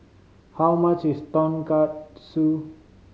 how much is Tonkatsu